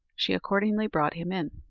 she accordingly brought him in,